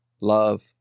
love